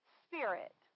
spirit